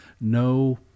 No